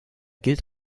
gilt